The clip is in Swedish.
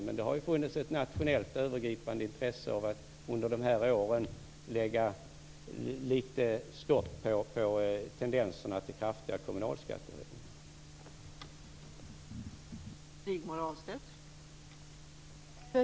Men det har funnits ett nationellt övergripande intresse av att under de här åren stoppa upp tendenserna till kraftiga kommunalskattehöjningar lite.